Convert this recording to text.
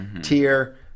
tier